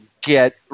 get